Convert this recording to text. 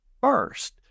first